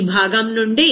ఈ భాగం నుండి